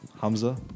Hamza